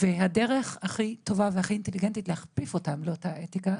והדרך הכי טובה והכי אינטליגנטית להכפיף אותם לאותה האתיקה,